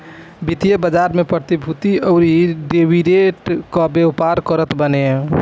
वित्तीय बाजार में प्रतिभूतियों अउरी डेरिवेटिव कअ व्यापार करत बाने